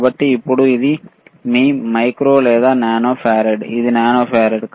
కాబట్టి ఇప్పుడు ఇది మీ మైక్రో లేదా నానో ఫారడ్ ఇది నానో ఫారడ్